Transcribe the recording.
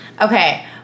Okay